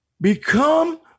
Become